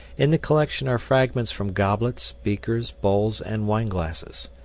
in the collection are fragments from goblets, beakers, bowls, and wineglasses.